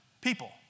people